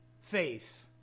faith